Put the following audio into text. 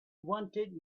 wanted